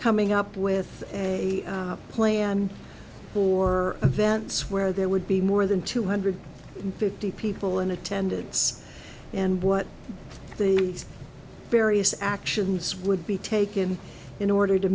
coming up with a plan for events where there would be more than two hundred fifty people in attendance and what the various actions would be taken in order to